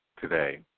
today